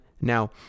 Now